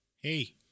Hey